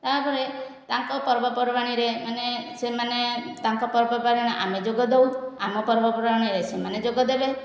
ତା'ପରେ ତାଙ୍କ ପର୍ବପର୍ବାଣିରେ ମାନେ ସେମାନେ ତାଙ୍କ ପର୍ବପର୍ବାଣିରେ ଆମେ ଯୋଗଦଉ ଆମ ପର୍ବପର୍ବାଣିରେ ସେମାନେ ଯୋଗ ଦେବେ